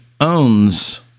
owns